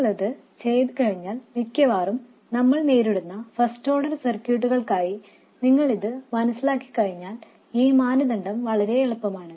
നിങ്ങൾ അത് ചെയ്തുകഴിഞ്ഞാൽ മിക്കവാറും നമ്മൾ നേരിടുന്ന ഫസ്റ്റ് ഓർഡർ സർക്യൂട്ടുകൾക്കായി നിങ്ങൾ ഇത് മനസ്സിലാക്കി കഴിഞ്ഞാൽ ഈ മാനദണ്ഡം വളരെ എളുപ്പമാണ്